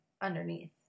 underneath